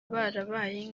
barabaye